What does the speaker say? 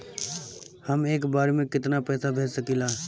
हम एक बार में केतना पैसा भेज सकिला?